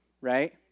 right